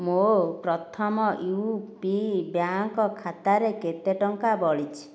ମୋ ପ୍ରଥମ U P bank ଖାତାରେ କେତେ ଟଙ୍କା ବଳିଛି